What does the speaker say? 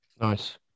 nice